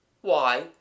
Why